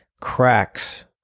cracks